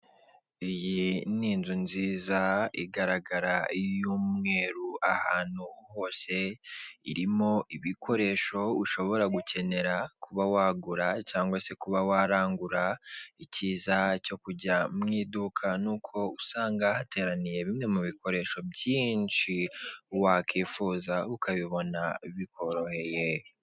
Iyi ni inzu nziza igaragara y'umweru ahantu hose irimo ibikoresho ushobora gukenera kuba wagura cyangwa se kuba warangura, ikiza cyo kujya mu iduka ni uko usanga hateraniye bimwe mu bikoresho byinshi wakwifuza ukabibona bikoroheye.